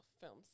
films